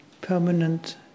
permanent